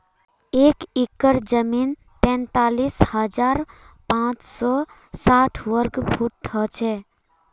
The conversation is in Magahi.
एक एकड़ जमीन तैंतालीस हजार पांच सौ साठ वर्ग फुट हो छे